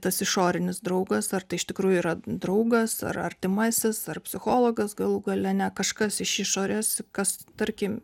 tas išorinis draugas ar tai iš tikrųjų yra draugas ar artimasis ar psichologas galų gale ne kažkas iš išorės kas tarkim